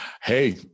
hey